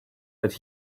that